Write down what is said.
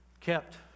kept